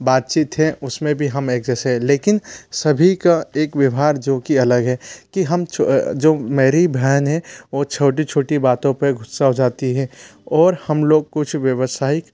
बातचीत है उस में भी हम एक जैसे लेकिन सभी का एक व्यवहार जो कि अलग है की हम जो मेरी भहन है वो छोटी छोटी बातों पर ग़स्सा हो जाती है और हम लोग कुछ व्यवसायिक